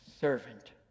servant